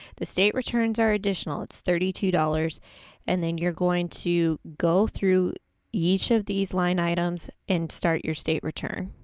the state returns are additional, it's thirty two dollars and then you're going to go through each of these line items and start your state return.